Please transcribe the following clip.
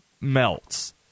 melts